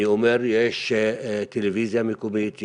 אני אומר שיש טלוויזיה מקומית,